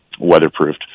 weatherproofed